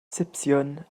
sipsiwn